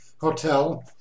Hotel